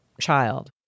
child